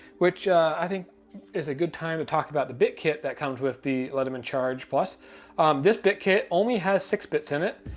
which i think is a good time to talk about the bit kit that comes with the leatherman charge. this bit kit only has six bits in it.